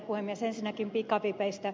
ensinnäkin pikavipeistä